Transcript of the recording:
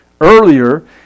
earlier